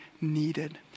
needed